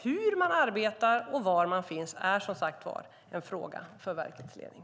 Hur man arbetar och var man finns är som sagt en fråga för verkets ledning.